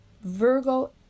Virgo